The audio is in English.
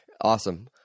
awesome